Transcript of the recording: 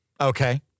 Okay